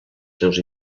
seus